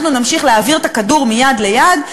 אנחנו נמשיך להעביר את הכדור מיד ליד,